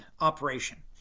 operation